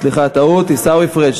סליחה, טעות, עיסאווי פריג'.